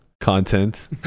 content